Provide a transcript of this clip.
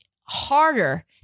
harder